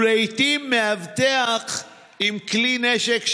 ולעיתים במאבטח עם כלי נשק,